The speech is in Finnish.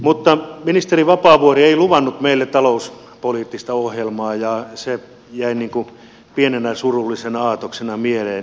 mutta ministeri vapaavuori ei luvannut meille talouspoliittista ohjelmaa ja se jäi niin kuin pienenä surullisena aatoksena mieleeni